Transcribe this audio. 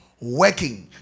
working